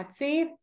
Etsy